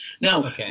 Now